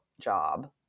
job